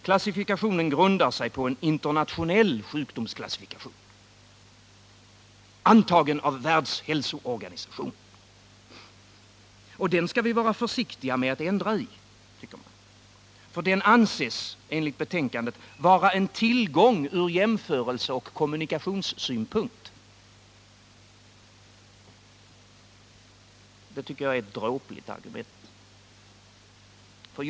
Klassifikationen grundar sig på en internationell sjukdomsklassifikation, antagen av Världshälsoorganisationen. Och den skall vi vara försiktiga med att ändra i, tycker utskottet. Den anses, enligt betänkandet, vara en tillgång från jämförelseoch kommunikationssynpunkt. Det tycker jag är ett dråpligt argument.